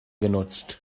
genutzt